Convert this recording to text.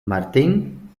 martín